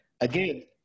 Again